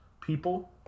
people